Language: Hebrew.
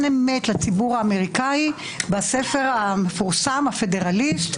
אמת לציבור האמריקאי בספר המפורסם "הפדרליסט",